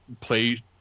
play